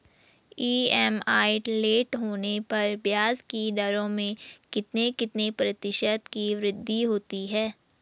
EMI late होने पर ब्याज की दरों में कितने कितने प्रतिशत की वृद्धि होती है?